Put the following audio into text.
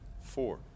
four